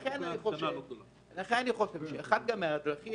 אנחנו רוצים שחלק מהרשויות